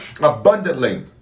abundantly